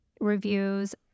reviews